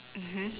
mmhmm